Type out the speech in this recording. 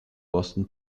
boston